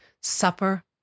supper